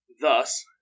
thus